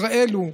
ישראל הוא".